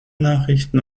nachrichten